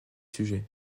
sujets